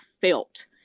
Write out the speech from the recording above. felt